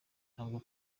ntabwo